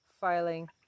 filing